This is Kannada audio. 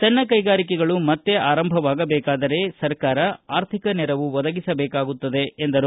ಸಣ್ಣ ಕೈಗಾರಿಕೆಗಳು ಮತ್ತೇ ಆರಂಭವಾಗಬೇಕಾದರೆ ಸರ್ಕಾರ ಆರ್ಥಿಕ ನೆರವು ಒದಗಿಸಬೇಕಾಗುತ್ತದೆ ಎಂದರು